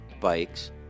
Bikes